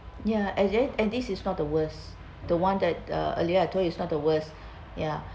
ya and then and this is not the worst the one that uh earlier I told you is not the worst ya